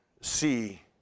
see